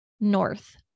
North